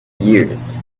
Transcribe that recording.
years